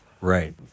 Right